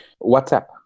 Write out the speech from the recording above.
WhatsApp